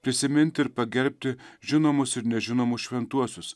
prisiminti ir pagerbti žinomus ir nežinomus šventuosius